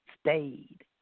stayed